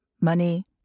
money